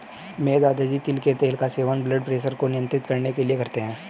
मेरे दादाजी तिल के तेल का सेवन ब्लड प्रेशर को नियंत्रित करने के लिए करते हैं